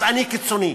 אז אני קיצוני.